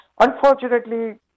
Unfortunately